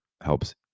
helps